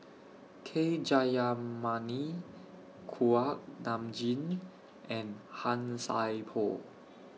K Jayamani Kuak Nam Jin and Han Sai Por